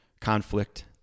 Conflict